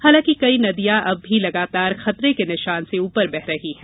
हालांकि कई नदियां अब भी लगातार खतरे के निशान से ऊपर बह रही हैं